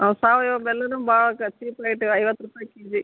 ಹಾಂ ಸಾವಯವ ಬೆಲ್ಲನೂ ಭಾಳ ಚೀಪ್ ರೇಟು ಐವತ್ತು ರೂಪಾಯಿ ಕೆಜಿ